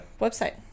website